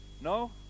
No